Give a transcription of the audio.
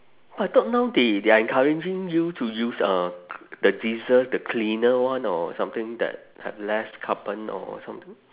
I thought now they they are encouraging you to use uh the diesel the cleaner one or something that have less carbon or something